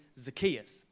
Zacchaeus